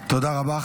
תודה רבה.